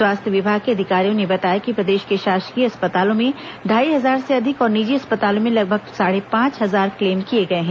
स्वास्थ्य विभाग के अधिकारियों ने बताया कि प्रदेश के शासकीय अस्पतालों मे ढाई हजार से अधिक और निजी अस्पतालों में लगभग साढ़े पांच हजार क्लेम किए गए हैं